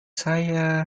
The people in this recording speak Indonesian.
saya